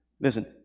listen